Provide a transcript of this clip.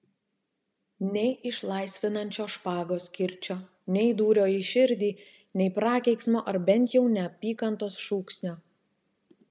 nei išlaisvinančio špagos kirčio nei dūrio į širdį nei prakeiksmo ar bent jau neapykantos šūksnio